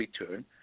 return